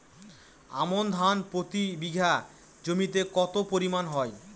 আমন ধান প্রতি বিঘা জমিতে কতো পরিমাণ হয়?